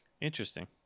Interesting